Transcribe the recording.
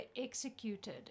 executed